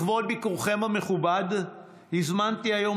לכבוד ביקורכם המכובד הזמנתי היום